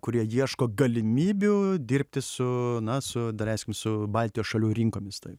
kurie ieško galimybių dirbti su na su daleiskim su baltijos šalių rinkomis taip